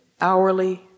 hourly